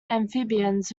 amphibians